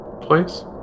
place